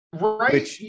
Right